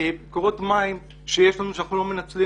מקורות מים שיש לנו שאנחנו לא מנצלים